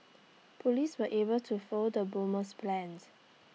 Police were able to foil the bomber's plans